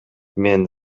мен